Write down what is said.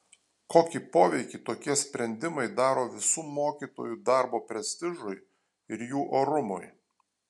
kokį poveikį tokie sprendimai daro visų mokytojų darbo prestižui ir jų orumui